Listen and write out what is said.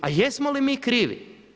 A jesmo li mi krivi?